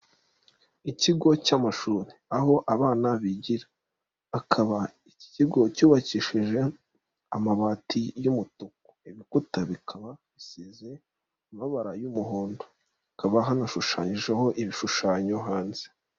Ikigo cy'amashuri aho abana bigira hakaba iki kigo cyubakishije amabati y'umutuku, ibikuta bikaba bisize amabara y'umuhondo, hakaba hanashushanyijeho ibishushanyo hanze.